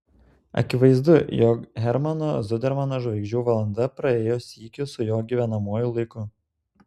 akivaizdu jog hermano zudermano žvaigždžių valanda praėjo sykiu su jo gyvenamuoju laiku